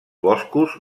boscos